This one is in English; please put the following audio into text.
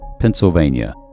Pennsylvania